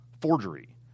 forgery